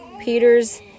Peter's